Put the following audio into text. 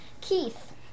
Keith